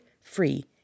free